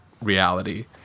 reality